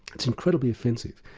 it's incredibly offensive,